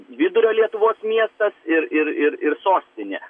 vidurio lietuvos miestas ir ir ir ir sostinė